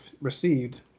received